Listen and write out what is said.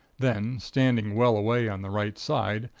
then, standing well away on the right side,